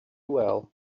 well